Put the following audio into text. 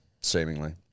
seemingly